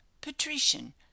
Patrician